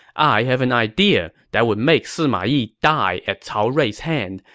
i have an idea that would make sima yi die at cao rui's hand.